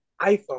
iPhone